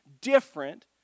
different